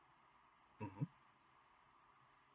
(uh huh)